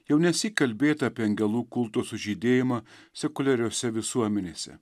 jau nesyk kalbėta apie angelų kulto sužydėjimą sekuliariose visuomenėse